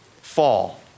fall